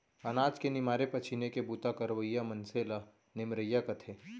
अनाज के निमारे पछीने के बूता करवइया मनसे ल निमरइया कथें